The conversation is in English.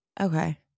Okay